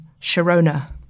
Sharona